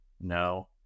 no